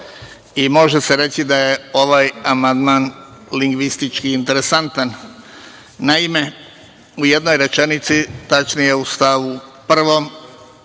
Može se reći da je ovaj amandman lingvistički interesantan. Naime, u jednoj rečenici, tačnije u stavu 1.